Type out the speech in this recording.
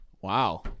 Wow